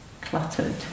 Cluttered